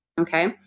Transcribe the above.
Okay